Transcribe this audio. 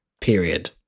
period